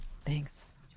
thanks